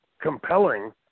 compelling